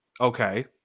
okay